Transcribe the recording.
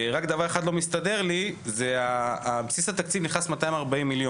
רק דבר אחד לא מסתדר לי בסיס התקציב נכנס 240 מיליון,